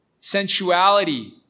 sensuality